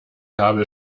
kabel